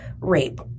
rape